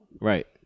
Right